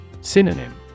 Synonym